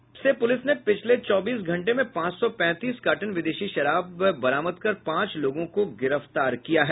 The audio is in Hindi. वैशाली और गया जिले से पुलिस ने पिछले चौबीस घंटे में पांच सौ पैंतीस कार्टन विदेशी शराब बरामद कर पांच लोगों को गिरफ्तार किया है